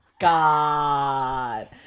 god